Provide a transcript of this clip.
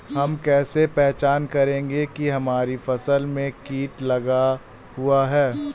हम कैसे पहचान करेंगे की हमारी फसल में कीट लगा हुआ है?